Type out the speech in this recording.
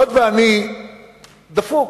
דפוק,